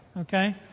okay